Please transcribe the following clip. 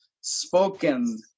spoken